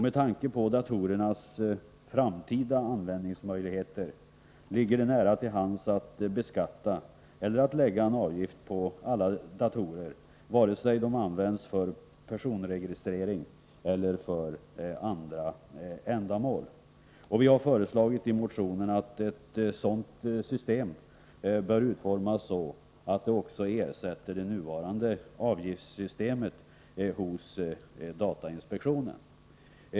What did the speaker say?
Med tanke på datorernas framtida användningsmöjligheter ligger det nära till hands att beskatta eller lägga en avgift på alla datorer vare sig de används för personregistrering eller för andra ändamål. Stig Gustafsson och jag har föreslagit i vår motion att ett sådant system bör utformas så, att det också ersätter det nuvarande avgiftssystemet hos datainspektionen.